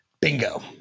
Bingo